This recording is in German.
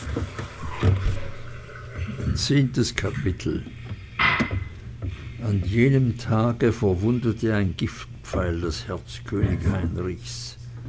halle x an jenem tage verwundete ein giftpfeil das herz könig heinrichs